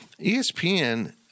ESPN